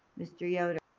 mr. yoder?